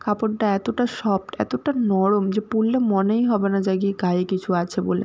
কাপড়ডা এতোটা সফট এতোটা নরম যে পরলে মনেই হবে না যে আর কী গায়ে কিছু আছে বলে